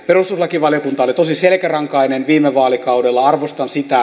perustuslakivaliokunta oli tosi selkärankainen viime vaalikaudella arvostan sitä